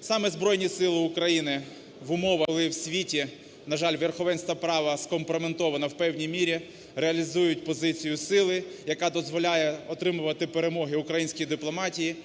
Саме Збройні Сили України в умовах, коли у світі, на жаль, верховенство права скомпрометовано у певній мірі, реалізують позицію сили, яка дозволяє отримувати перемоги українській дипломатії,